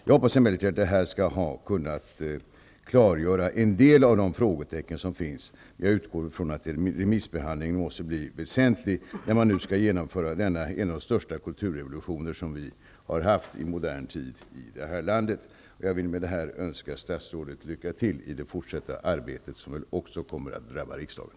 Jag hoppas emellertid att detta har kunnat klargöra en del av de frågor som finns. Jag utgår från att remissbehandlingen blir väsentlig när man nu skall genomföra en av de största kulturrevolutioner som vi har haft i modern tid i det här landet. Jag vill med det anförda önska statsrådet lycka till i det fortsatta arbetet som även kommer att drabba riksdagen.